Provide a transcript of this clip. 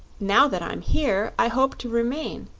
now that i'm here, i hope to remain,